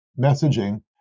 messaging